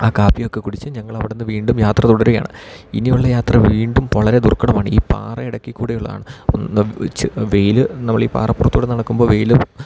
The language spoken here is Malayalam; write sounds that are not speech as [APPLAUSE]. ആ കാപ്പിയൊക്കെ കുടിച്ച് ഞങ്ങളവിടുന്ന് വീണ്ടും യാത്ര തുടരുകയാണ് ഇനിയുള്ള യാത്ര വീണ്ടും വളരെ ദുർഘടമാണ് ഈ പാറയിടുക്കിൽ കൂടെ ഉള്ളതാണ് [UNINTELLIGIBLE] വെയില് നമ്മൾ ഈ പാറപ്പുറത്ത് കൂടി നടക്കുമ്പോൾ വെയിലും